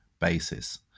basis